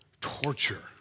torture